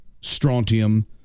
strontium